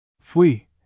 Fui